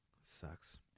Sucks